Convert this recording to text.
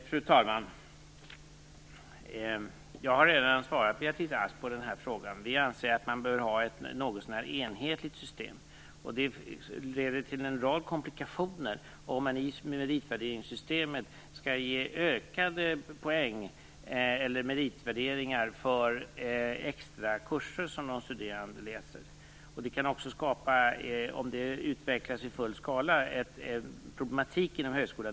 Fru talman! Jag har redan svarat Beatrice Ask på den här frågan. Vi anser att man bör ha ett något så när enhetligt system, och det leder till en rad komplikationer om man i meritvärderingssystemet skall ge ökade poäng eller meritvärderingar för extra kurser som de studerande läser. Det kan också skapa, om det utvecklas i full skala, en problematik inom högskolan.